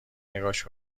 نگاش